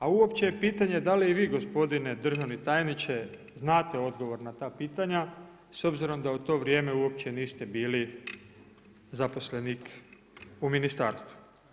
A uopće je pitanje da li i vi gospodine državni tajniče znate odgovor na ta pitanja s obzirom da u to vrijeme uopće niste bili zaposlenik u ministarstvu.